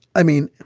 i mean,